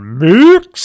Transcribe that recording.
mix